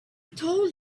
told